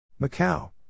Macau